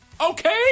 Okay